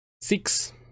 Six